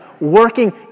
working